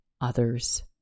others